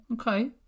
Okay